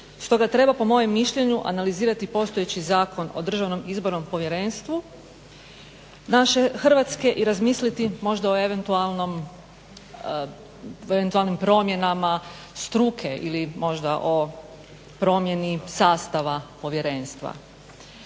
Stoga treba po mojem mišljenju analizirati postojeći Zakon o Državnom izbornom povjerenstvu naše Hrvatske i razmisliti možda o eventualnim promjenama struke ili možda o promjeni sastava povjerenstva.